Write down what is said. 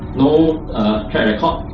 no track record,